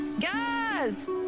Guys